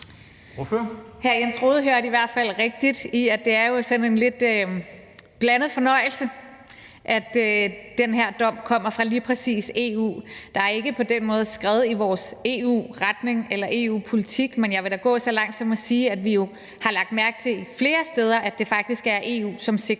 Hr. Jens Rohde hørte i hvert fald rigtigt, at det er sådan en lidt blandet fornøjelse, at den her dom kommer fra lige præcis EU. Det er ikke på den måde skrevet i vores EU-retning eller EU-politik, men jeg vil da gå så langt som at sige, at vi jo har lagt mærke til flere steder, at det faktisk er EU, som sikrer